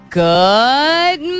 good